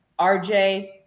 rj